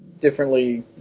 differently